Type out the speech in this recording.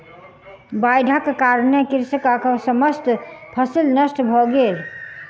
बाइढ़क कारणेँ कृषकक समस्त फसिल नष्ट भ गेल